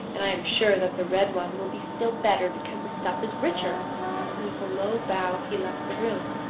and i am sure that the red one will be still better, because the stuff is richer and with a low bow he left the room.